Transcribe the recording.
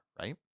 right